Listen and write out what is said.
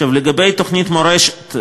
לגבי תוכנית מורשת,